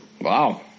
Wow